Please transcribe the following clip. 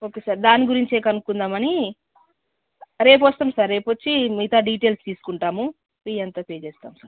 okay sir దాని గురించే కనుక్కుందామని రేపు వస్తాము సార్ రేపు వచ్చి మిగతా డీటెయిల్స్ తీసుకుంటాము ఫీ అంతా పే చేస్తాము సార్